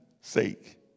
sake